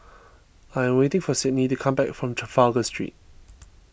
I am waiting for Sydnee to come back from Trafalgar Street